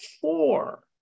four